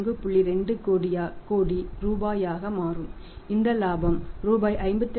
20 கோடி ரூபாயாக மாறும் இந்த இலாபம் ரூபாய் 54